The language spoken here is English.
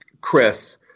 Chris